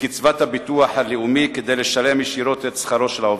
בקצבת הביטוח הלאומי כדי לשלם ישירות את שכרו של העובד.